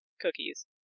cookies